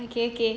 okay okay